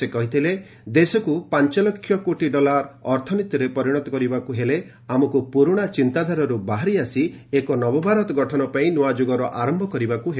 ସେ କହିଥିଲେ ଦେଶକୁ ପାଞ୍ଚ ଲକ୍ଷ୍ୟ କୋଟି ଡଲାର ଅର୍ଥନୀତିରେ ପରିଣତ କରିବାକୁ ହେଲେ ଆମକୁ ପୁରୁଣା ଚିନ୍ତାଧାରାରୁ ବାହାରି ଆସି ଏକ ନବଭାରତ ଗଠନ ପାଇଁ ନ୍ତୁଆ ଯୁଗର ଆରମ୍ଭ କରିବାକୁ ହେବ